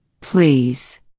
please